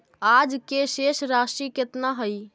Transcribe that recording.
आज के शेष राशि केतना हई?